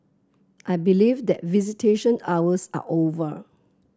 I believe that visitation hours are over